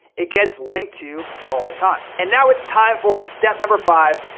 it gets linked to all the time. and now it's time for step number five.